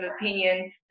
opinion